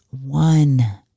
one